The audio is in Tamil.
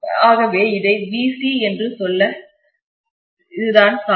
ஆகவே இதை Vc என்று சொல்ல இதுதான் காரணம்